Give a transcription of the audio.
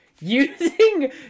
using